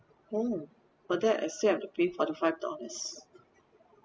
mm oh that I still have to pay forty five dollars